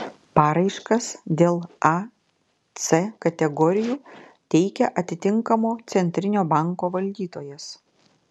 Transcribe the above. paraiškas dėl a c kategorijų teikia atitinkamo centrinio banko valdytojas